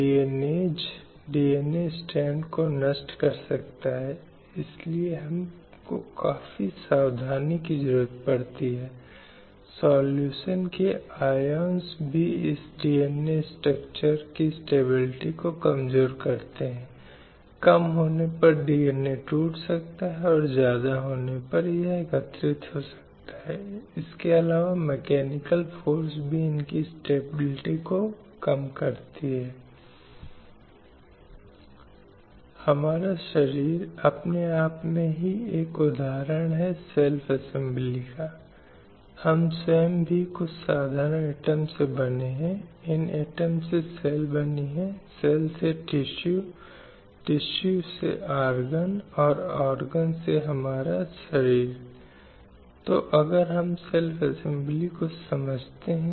अंत में 2000 के संयुक्त राष्ट्र मिलेनियम चार्टर जिसने कुछ मूलभूत मूल्यों को निर्धारित किया जो अंतर्राष्ट्रीय संबंधों के लिए आवश्यक हैं और इसने स्वतंत्रता और समानता की बात की जहां पुरुषों और महिलाओं दोनों को अपना जीवन जीने का अधिकार है और अपने बच्चों को हिंसा उत्पीड़न या अन्याय के डर के बिना सम्मानजनक तरीके से उठाते हैं और सभी को समान अधिकार और अवसर दिए जाते हैं